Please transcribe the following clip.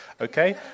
okay